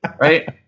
right